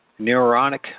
neuronic